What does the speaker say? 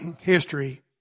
history